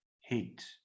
hate